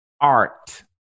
art